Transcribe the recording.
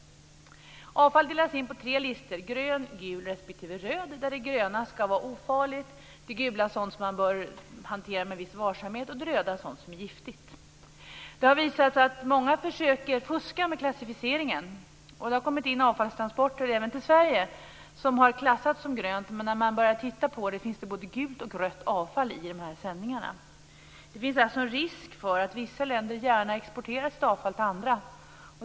Avfall delas in på tre listor: grön, gul respektive röd. Det gröna skall vara ofarligt, det gula skall vara sådant som man bör hantera med viss varsamhet och det röda skall vara sådant som är giftigt. Det har visat sig att många försöker fuska med klassificeringen. Det har kommit in avfallstransporter även till Sverige där avfallet har klassats som grönt, men när man har börjat titta på det finns det både gult och rött avfall i de här sändningarna. Det finns alltså en risk att vissa länder gärna exporterar sitt avfall till andra.